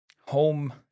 home